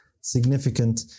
significant